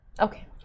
Okay